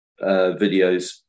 videos